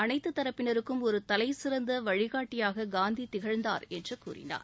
அனைத்து தரப்பினருக்கும் ஒரு தலைசிறந்த வழிகாட்டியாக திகழ்ந்தார் என்று கூறினார்